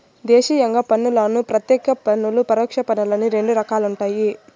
దేశీయంగా పన్నులను ప్రత్యేక పన్నులు, పరోక్ష పన్నులని రెండు రకాలుండాయి